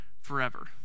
forever